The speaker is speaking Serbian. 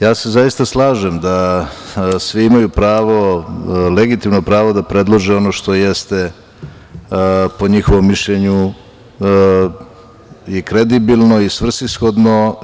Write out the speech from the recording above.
Slažem se da svi imaju legitimno pravo da predlože ono što jeste po njihovom mišljenju i kredibilno i svrsishodno.